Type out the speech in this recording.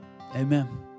amen